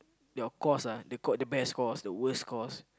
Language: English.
your course ah the course the best course the worse course